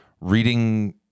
reading